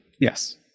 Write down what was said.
yes